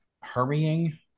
hurrying